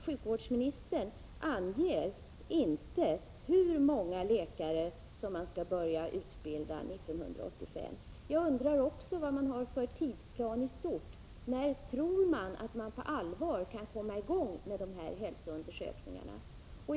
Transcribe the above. Sjukvårdsministern anger inte hur många läkare man skall börja utbilda 1985. Jag undrar också vad regeringen har för tidsplan i stort. När tror statsrådet att man på allvar kan komma i gång med de här hälsoundersökningarna?